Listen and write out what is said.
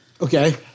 Okay